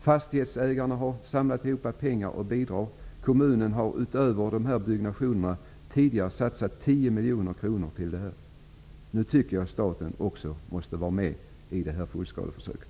Fastighetsägarna har samlat ihop pengar för att bidra. Utöver dessa byggnationer har kommunen tidigare satsat tio miljoner kronor. Nu tycker jag att staten också måste vara med i det här fullskaleförsöket.